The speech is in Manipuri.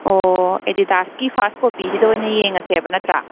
ꯑꯣ ꯑꯦꯗꯤꯗꯥꯁꯀꯤ ꯐꯥꯔꯁ ꯀꯣꯄꯤꯁꯤꯗ ꯑꯣꯏꯅ ꯌꯦꯡꯉꯁꯦꯕ ꯅꯠꯇ꯭ꯔꯥ